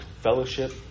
fellowship